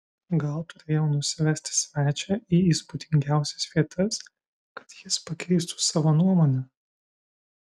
gal turėjau nusivesti svečią į įspūdingiausias vietas kad jis pakeistų savo nuomonę